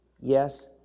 yes